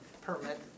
permit